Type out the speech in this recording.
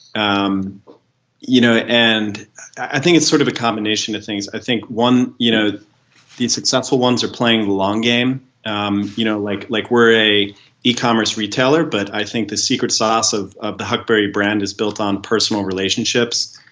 um you know and i think it's sort of a combination of things. i think one, you know the successful ones are playing a long game um you know like like we're a a e-commerce retailer, but i think the secret sauce of of the huckberry brand is built on personal relationships,